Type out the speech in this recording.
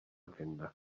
tenda